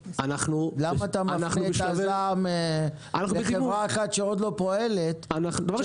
למה אתה מפנה את הזעם לחברה אחת שעוד לא פועלת כאשר